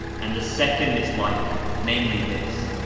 and the second is like, namely this,